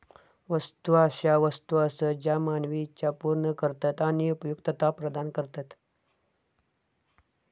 वस्तू अशा वस्तू आसत ज्या मानवी इच्छा पूर्ण करतत आणि उपयुक्तता प्रदान करतत